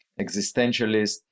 existentialist